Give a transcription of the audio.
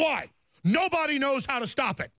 why nobody knows how to stop it